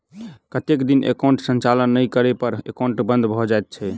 कतेक दिन एकाउंटक संचालन नहि करै पर एकाउन्ट बन्द भऽ जाइत छैक?